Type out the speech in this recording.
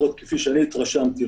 לפחות כפי שאני התרשמתי,